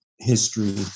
history